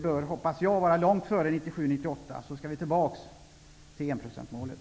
Jag hoppas att vi långt före budgetåret 1987/88 skall vara tillbaka på enprocentsmålet.